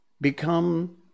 Become